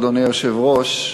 אדוני היושב-ראש,